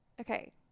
Okay